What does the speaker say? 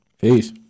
Peace